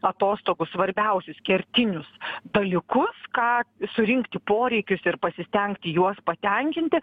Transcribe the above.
atostogų svarbiausius kertinius dalykus ką surinkti poreikius ir pasistengti juos patenkinti